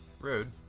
Rude